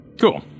Cool